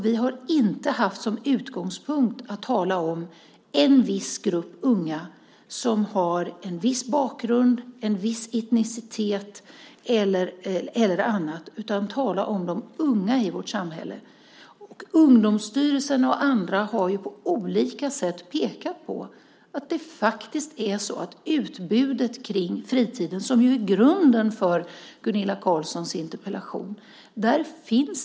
Vi har inte haft som utgångspunkt att tala om en viss grupp unga som har en viss bakgrund, en viss etnicitet eller annat. Vi har talat om unga i vårt samhälle. Ungdomsstyrelsen och andra har på olika sätt pekat på att det i dag inte finns samma möjligheter för unga människor rörande utbudet på fritiden.